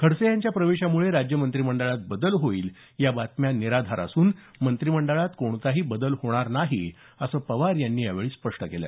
खडसे यांच्या प्रवेशामुळे राज्य मंत्रिमंडळात बदल होईल या बातम्या निराधार असून मंत्रिमंडळात कोणताही बदल होणार नाही असं पवार यांनी यावेळी स्पष्ट केल